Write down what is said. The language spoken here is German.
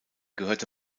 gehörte